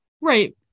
right